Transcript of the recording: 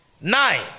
Nine